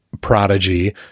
prodigy